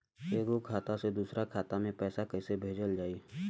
एगो खाता से दूसरा खाता मे पैसा कइसे भेजल जाई?